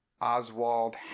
Oswald